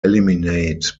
eliminate